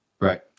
Right